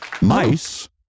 Mice